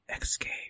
Escape